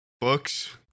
books